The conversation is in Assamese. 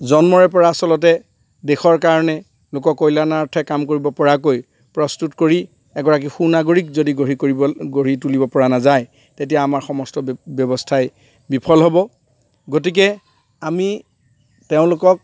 জন্মৰে পৰা আচলতে দেশৰ কাৰণে লোক কল্যাণাৰ্থে কাম কৰিব পৰাকৈ প্ৰস্তুত কৰি এগৰাকী সু নাগৰিক যদি গঢ়ি কৰিব গঢ়ি তুলিব পৰা নাযায় তেতিয়া আমাৰ সমস্ত ব্য ব্যৱস্থাই বিফল হ'ব গতিকে আমি তেওঁলোকক